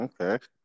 okay